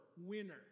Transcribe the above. winner